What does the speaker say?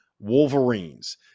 Wolverines